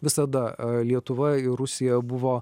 visada lietuva ir rusija buvo